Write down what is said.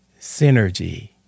synergy